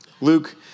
Luke